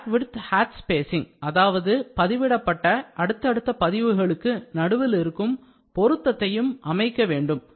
Track width hatch spacing அதாவது பதிவிடப்பட்ட அடுத்தடுத்த 2 பதிவுகளுக்கு நடுவில் இருக்கும் பொருத்தத்தையும் அமைக்க வேண்டும்